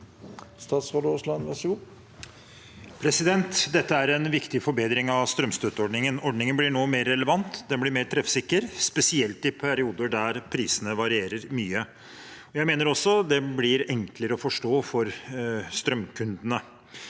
Dette er en vik- tig forbedring av strømstøtteordningen. Ordningen blir nå mer relevant. Den blir mer treffsikker, spesielt i perioder da prisene varierer mye. Jeg mener også den blir enklere å forstå for strømkundene.